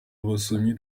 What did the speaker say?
abasomyi